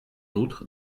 outre